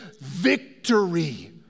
victory